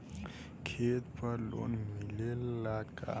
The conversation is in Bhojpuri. खेत पर लोन मिलेला का?